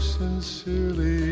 sincerely